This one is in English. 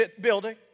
building